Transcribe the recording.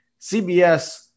CBS